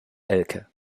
elke